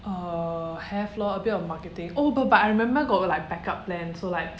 err have lor a bit of marketing oh but but I remember got like backup plan so like